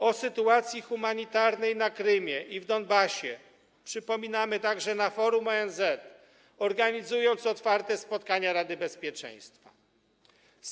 O sytuacji humanitarnej na Krymie i w Donbasie przypominamy także na forum ONZ, organizując otwarte spotkania Rady Bezpieczeństwa ONZ.